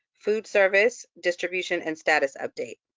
food service, distribution, and status update.